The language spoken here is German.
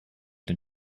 den